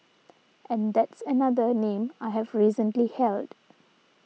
and that's another name I have recently held